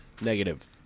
Negative